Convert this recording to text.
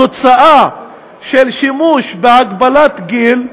תוצאה של שימוש בהגבלת גיל,